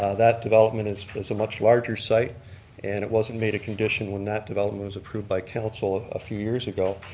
ah that development is is a much larger site and it wasn't made a condition when that development was approved by council a few years ago.